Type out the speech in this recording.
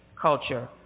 culture